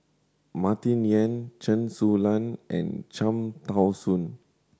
Martin Yan Chen Su Lan and Cham Tao Soon